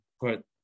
put